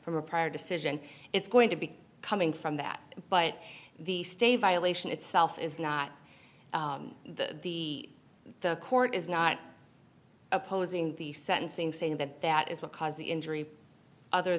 from a prior decision it's going to be coming from that but the state violation itself is not the the court is not opposing the sentencing saying that that is what caused the injury other